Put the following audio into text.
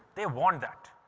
they want that.